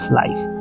life